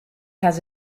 has